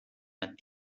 met